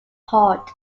court